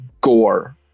gore